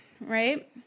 right